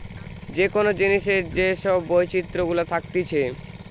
যে কোন জিনিসের যে সব বৈচিত্র গুলা থাকতিছে